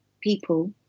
people